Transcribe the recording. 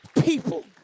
people